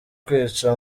kwica